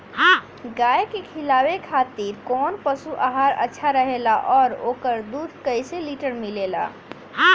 गाय के खिलावे खातिर काउन पशु आहार अच्छा रहेला और ओकर दुध कइसे लीटर मिलेला?